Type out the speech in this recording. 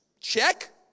check